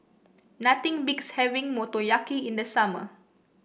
nothing beats having Motoyaki in the summer